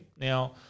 Now